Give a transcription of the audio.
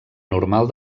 normal